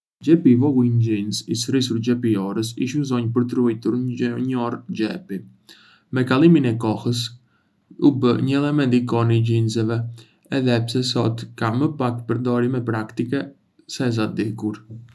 Xhepi i vogël në xhinse, i sërrisur xhepi i orës, ish uzonj për të ruajtur një orë xhepi. Me kalimin e kohës, u bë një element ikonë i xhinseve, edhe pse sot ka më pak përdorime praktike sesa dikur.